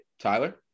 Tyler